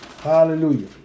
Hallelujah